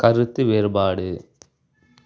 கருத்து வேறுபாடு